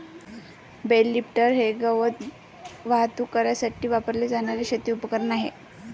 bell lifter हे गवत वाहतूक करण्यासाठी वापरले जाणारे शेती उपकरण आहे